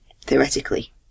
theoretically